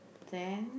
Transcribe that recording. then